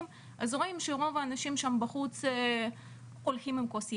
אז רואים שרוב האנשים שם בחוץ הולכים עם כוס יין,